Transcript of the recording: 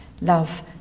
Love